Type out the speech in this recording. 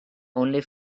only